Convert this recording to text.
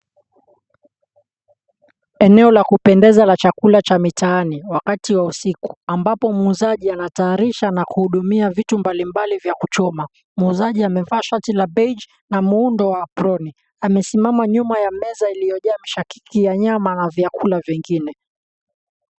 Eneo la kupendeza la chakula cha mitaani, wakati wa usiku ambapo muuzaji anatayarisha na kuhudumia vitu mbali mbali na kuchoma, muuzaji amevaa shati la bage na muundo wa apron amesimama nyuma ya meza iliyojaa mishakiki wa nyama na vyakula vingine.